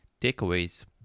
takeaways